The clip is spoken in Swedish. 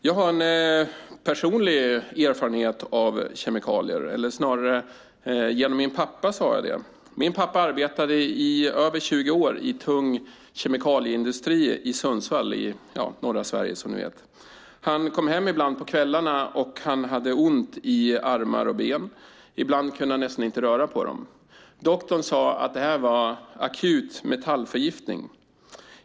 Jag har personlig erfarenhet av kemikalier genom min pappa. Han arbetade i över 20 år i tung kemikalieindustri i Sundsvall, i norra Sverige, som ni vet. Han kom ibland hem på kvällarna och hade ont i armar och ben, och ibland kunde han nästan inte röra på dem. Doktorn sade att det var akut metallförgiftning.